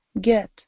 get